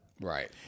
Right